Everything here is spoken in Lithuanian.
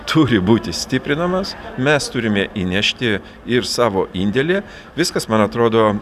turi būti stiprinamas mes turime įnešti ir savo indėlį viskas man atrodo